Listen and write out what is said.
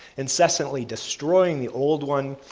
incessantly destroying the old one,